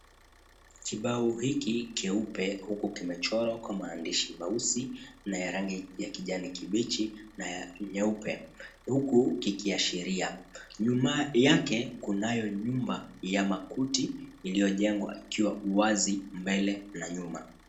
Kibao hiki kyeupe huku kimechorwa kwa maandishi mieusi na ya rangi ya kijani kibichi na nyeupe, huku kikiashiria. Nyuma yake, kunayo nyumba ya makuti iliyojengwa ikiwa uwazi mbele na nyuma.